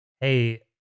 hey